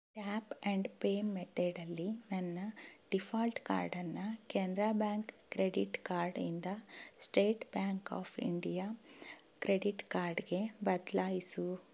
tap and pay ಮೆಥಡಲ್ಲಿ ನನ್ನ default ಕಾರ್ಡನ್ನು ಕೆನ್ರಾ ಬ್ಯಾಂಕ್ ಕ್ರೆಡಿಟ್ ಕಾರ್ಡಿಂದ State Bank of India credit ಕಾರ್ಡ್ಗೆ ಬದಲಾಯಿಸು